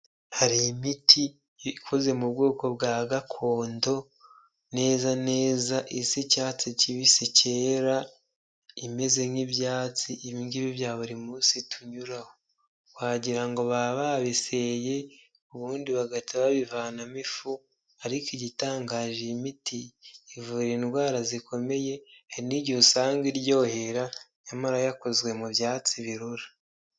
Hari imiti ikoze mu bwoko bwa gakondo neza neza isa icyatsi kibisi cyera imeze nk'ibyatsi, ibi ngibi bya buri munsi tunyuraho, wagira ngo baba babiseye ubundi bagahita babivanamo ifu ariko igitangaje iyi imiti ivura indwara zikomeye, hari n'igihe usanga iryohera nyamara yakozwe mu byatsi birura.